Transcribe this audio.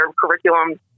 curriculum